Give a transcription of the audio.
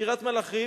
בקריית-מלאכי,